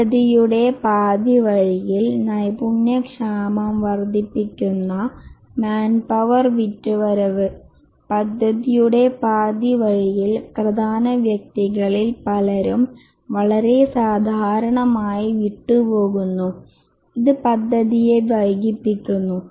പദ്ധതിയുടെ പാതിവഴിയിൽ നൈപുണ്യ ക്ഷാമം വർദ്ധിപ്പിക്കുന്ന മാൻപവർ വിറ്റുവരവ് പദ്ധതിയുടെ പാതിവഴിയിൽ പ്രധാന വ്യക്തികളിൽ പലരും വളരെ സാധാരണമായി വിട്ടുപോക്കുന്നു ഇത് പദ്ധതിയെ വൈകിപ്പിക്കുന്നു